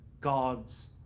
God's